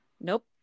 Nope